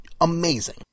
amazing